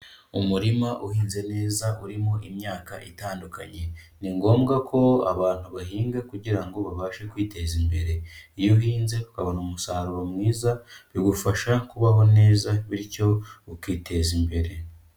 Umurima uhinze neza urimo imyaka itandukanye, ni ngombwa ko abantu bahinga kugira ngo babashe kwiteza imbere. Iyo uhinze ukabona umusaruro mwiza, bigufasha kubaho neza bityo ukiteza imbere.